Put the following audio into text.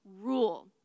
rule